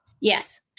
Yes